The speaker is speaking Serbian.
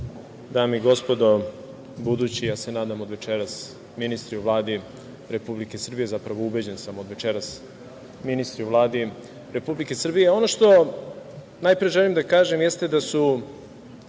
dame i gospodo budući, ja se nadam od večeras, ministri u Vladi Republike Srbije, zapravo, ubeđen sam, od večeras ministri u Vladi Republike Srbije. Ono što najpre želim da kažem jeste da su